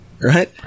right